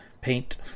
paint